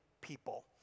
people